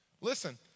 Listen